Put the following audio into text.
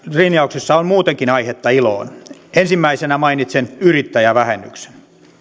verolinjauksissa on muutenkin aihetta iloon ensimmäisenä mainitsen yrittäjävähennyksen